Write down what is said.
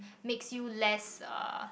makes you less uh